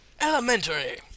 Elementary